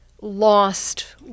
lost